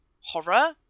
horror